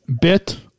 bit